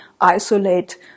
isolate